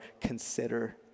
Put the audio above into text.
consider